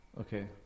Okay